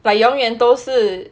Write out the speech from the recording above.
but 永远都是